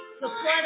support